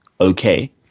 okay